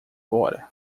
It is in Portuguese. fora